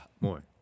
more